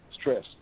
stress